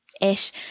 ish